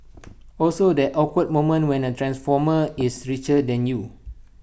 also that awkward moment when A transformer is richer than you